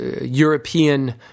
European